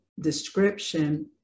description